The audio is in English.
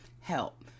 help